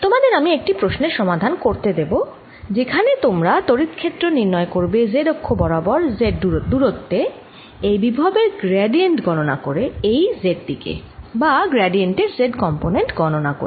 তোমাদের আমি একটি প্রশ্নের সমাধান করতে দেব যেখানে তোমরা তড়িৎ ক্ষেত্র নির্ণয় করবে z অক্ষ বরাবর z দুরত্বে এই বিভবের গ্র্যাডিয়েন্ট গননা করে এই z দিকে বা গ্র্যাডিয়েন্ট এর z কম্পোনেন্ট গণনা করে